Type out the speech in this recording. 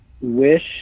wish